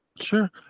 Sure